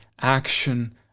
action